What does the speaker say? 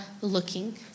looking